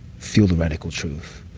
feel the radical truth.